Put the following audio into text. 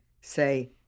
say